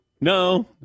No